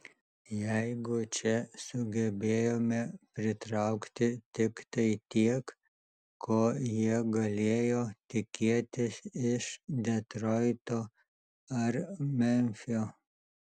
jeigu čia sugebėjome pritraukti tiktai tiek ko jie galėjo tikėtis iš detroito ar memfio